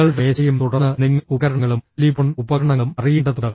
നിങ്ങളുടെ മേശയും തുടർന്ന് നിങ്ങൾ ഉപകരണങ്ങളും ടെലിഫോൺ ഉപകരണങ്ങളും അറിയേണ്ടതുണ്ട്